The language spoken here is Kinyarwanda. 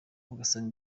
ugasanga